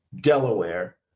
delaware